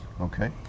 Okay